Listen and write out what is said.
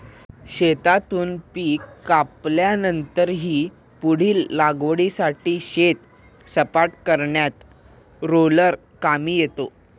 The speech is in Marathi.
शेतातून पीक कापल्यानंतरही पुढील लागवडीसाठी शेत सपाट करण्यात रोलर कामी येतो